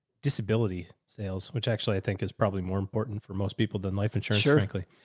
disability sales, which actually i think is probably more important for most people than life insurance. yeah frankly,